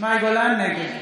נגד